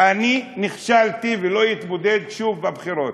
אני נכשלתי, ולא אתמודד שוב בבחירות.